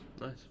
Nice